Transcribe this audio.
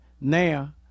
now